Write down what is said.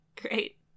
Great